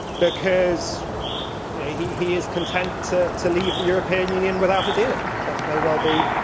because yeah he he is content to to leave the european union without a deal. that may well be.